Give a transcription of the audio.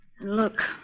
Look